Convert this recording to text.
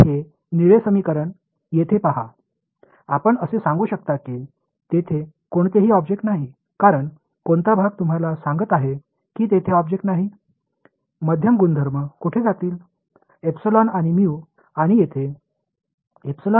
அவை நன்றாக கதிர்வீச்சு செய்கின்றன அவை இந்த நீல சமன்பாட்டை இங்கே பார்க்கின்றன எந்த பொருளும் இல்லை என்று நீங்கள் சொல்லலாம் ஏனெனில் சமன்பாட்டின் எந்த பகுதி உங்களுக்கு பொருள் இல்லை என்று சொல்கிறது